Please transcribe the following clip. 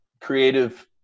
creative